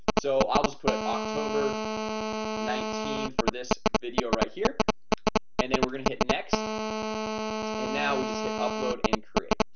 so i'll just put october nineteen for this video right here and then we're gonna hit next and now we just hit upload and create.